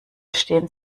stehen